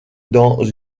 dans